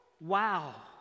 Wow